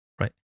Right